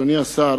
אדוני השר,